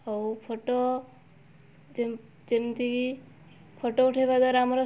ହଉ ଫଟୋ ଯେମିତିକି ଫଟୋ ଉଠାଇବା ଦ୍ୱାରା ଆମର